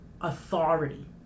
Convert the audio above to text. authority